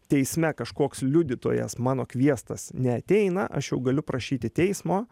teisme kažkoks liudytojas mano kviestas neateina aš jau galiu prašyti teismo